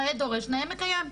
נאה דורש נאה מקיים.